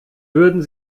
würden